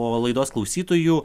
o laidos klausytojų